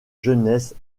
jeunesse